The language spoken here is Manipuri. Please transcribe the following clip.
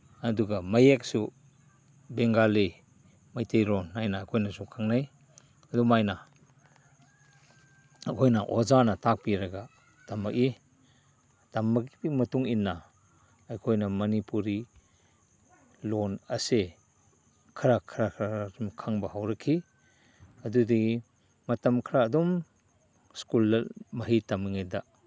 ꯑꯗꯨꯒ ꯃꯌꯦꯛꯁꯨ ꯕꯦꯡꯒꯥꯂꯤ ꯃꯩꯇꯩꯂꯣꯟ ꯍꯥꯏꯅ ꯑꯩꯈꯣꯏꯅꯁꯨ ꯈꯪꯅꯩ ꯑꯗꯨꯃꯥꯏꯅ ꯑꯩꯈꯣꯏꯅ ꯑꯣꯖꯥꯅ ꯇꯥꯛꯄꯤꯔꯒ ꯇꯝꯃꯛꯏ ꯇꯝꯕꯒꯤ ꯃꯇꯨꯡ ꯏꯟꯅ ꯑꯩꯈꯣꯏꯅ ꯃꯅꯤꯄꯨꯔꯤ ꯂꯣꯟ ꯑꯁꯦ ꯈꯔ ꯈꯔ ꯈꯔ ꯈꯔ ꯈꯔ ꯁꯨꯝ ꯈꯪꯕ ꯍꯧꯔꯛꯈꯤ ꯑꯗꯨꯗꯒꯤ ꯃꯇꯝ ꯈꯔ ꯑꯗꯨꯝ ꯁ꯭ꯀꯨꯜꯗ ꯃꯍꯩ ꯇꯝꯃꯤꯉꯩꯗ